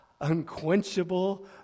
unquenchable